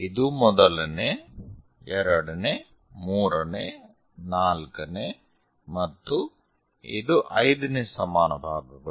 ಇದು ಮೊದಲನೇ ಎರಡನೇ ಮೂರನೇ ನಾಲ್ಕನೇ ಮತ್ತು ಇದು ಐದನೇ ಸಮಾನ ಭಾಗಗಳು